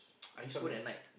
I use phone at night